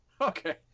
Okay